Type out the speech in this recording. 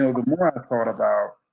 the more i thought about